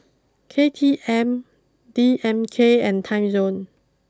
K T M D M K and Timezone